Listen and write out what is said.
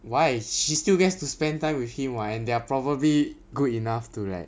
why she still gets to spend time with him [what] and their probably good enough to like